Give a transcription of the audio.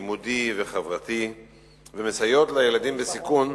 לימודי וחברתי ומסייעות לילדים בסיכון